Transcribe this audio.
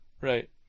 Right